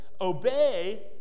obey